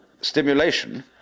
stimulation